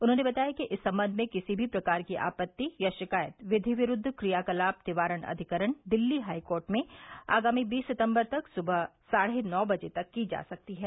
उन्होंने बताया कि इस समय में किसी भी प्रकार की आपत्ति या शिकायत विषि विरूद्व क्रियाकलाप निवारण अविकरण दिल्ली हाईकोर्ट में आगामी बीस सितम्बर तक सुबह साढ़े नौ बजे तक की जा सकती है